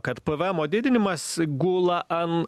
kad pavaemo didinimas gula ant